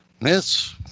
Miss